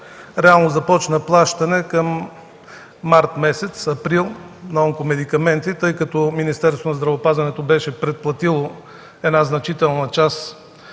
реално започна плащане към месец март – април на онкомедикаменти, тъй като Министерството на здравеопазването беше предплатило значителна част